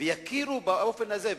ויכירו בה באופן הזה,